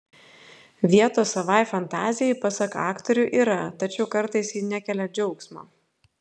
vietos savai fantazijai pasak aktorių yra tačiau kartais ji nekelia džiaugsmo